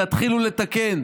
תתחילו לתקן.